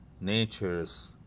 nature's